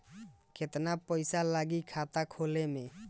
केतना पइसा लागी खाता खोले में?